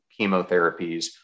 chemotherapies